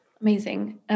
Amazing